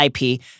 IP